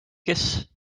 kes